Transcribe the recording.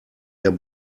der